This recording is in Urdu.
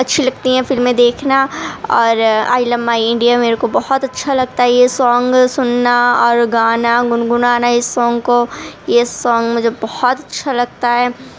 اچھی لگتی ہیں فلمیں دیکھنا اور آئی لو مائی انڈیا میرے کو بہت اچھا لگتا ہے یہ سانگ سُننا اور گانا گُنگُنا یہ سانگ کو یہ سانگ مجھے بہت اچھا لگتا ہے